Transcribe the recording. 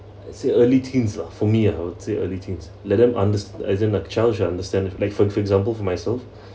so early teens lah for me I would say early teens let them underst~ as in like child should understand if like for for example for myself